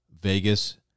Vegas